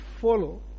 follow